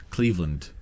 Cleveland